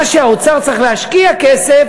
מה שהאוצר צריך להשקיע כסף,